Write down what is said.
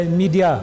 media